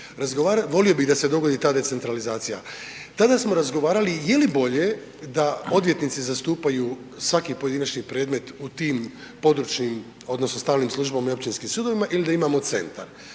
volio bi da se dogodi ta decentralizacija. Tada smo razgovarali je li bolje da odvjetnici zastupaju svaki pojedinačni predmet u tim područnim odnosno stalnim službama i općinskim sudovima ili da imamo centar.